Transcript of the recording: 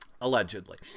allegedly